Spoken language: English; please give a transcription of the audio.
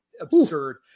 absurd